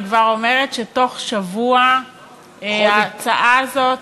אני כבר אומרת, שבתוך שבוע ההצעה הזאת,